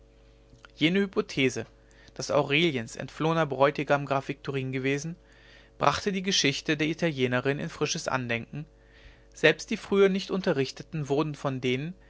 jene hypothesee daß aureliens entflohener bräutigam graf viktorin gewesen brachte die geschichte der italienerin in frisches andenken selbst die früher nicht unterrichteten wurden von denen